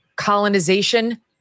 Colonization